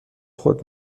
خود